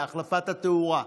החלפת התאורה,